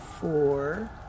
Four